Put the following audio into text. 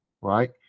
right